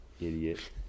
idiot